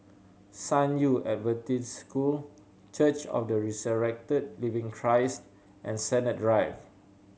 San Yu Adventist School Church of the Resurrected Living Christ and Sennett Drive